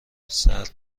سرد